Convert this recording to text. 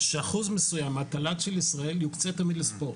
שאחוז מסוים מהתל"ג של ישראל יוקצה תמיד לספורט,